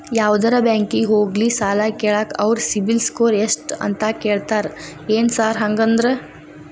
ಯಾವದರಾ ಬ್ಯಾಂಕಿಗೆ ಹೋಗ್ಲಿ ಸಾಲ ಕೇಳಾಕ ಅವ್ರ್ ಸಿಬಿಲ್ ಸ್ಕೋರ್ ಎಷ್ಟ ಅಂತಾ ಕೇಳ್ತಾರ ಏನ್ ಸಾರ್ ಹಂಗಂದ್ರ?